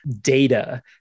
data